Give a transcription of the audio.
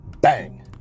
bang